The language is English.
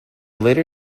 later